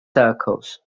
circles